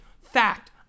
Fact